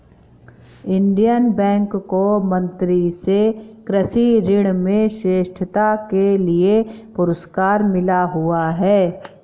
Indian Bank को मंत्री से कृषि ऋण में श्रेष्ठता के लिए पुरस्कार मिला हुआ हैं